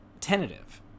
tentative